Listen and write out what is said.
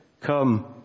come